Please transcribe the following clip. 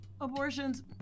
Abortions